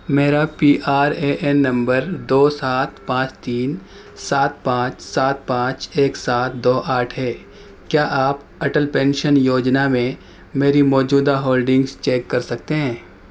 میرا P R A N نمبر دو سات پانچ تین سات پانچ سات پانچ ایک سات دو آٹھ ہے کیا آپ اٹل پینشن یوجنا میں میری موجودہ ہولڈنگس چیک کر سکتے ہیں